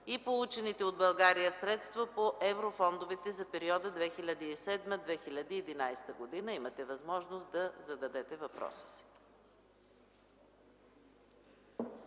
и получените от България средства по еврофондовете за периода 2007-2011 г. Имате възможност да зададете въпроса си.